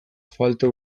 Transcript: falta